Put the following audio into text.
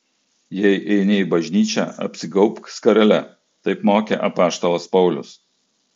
jei eini į bažnyčią apsigaubk skarele taip mokė apaštalas paulius